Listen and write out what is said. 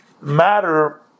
matter